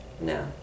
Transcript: No